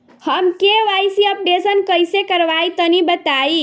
हम KYC updation कइसे करवाई तनि बताई?